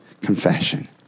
confession